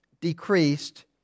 decreased